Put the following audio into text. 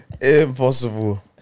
Impossible